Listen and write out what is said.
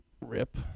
Rip